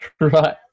Right